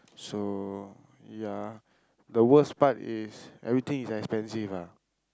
so ya the worst part is everything is expensive ah